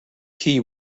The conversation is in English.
key